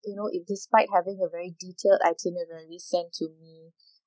you know it despite having a very detailed itinerary sent to me